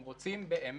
אם רוצים באמת